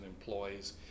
employees